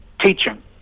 teaching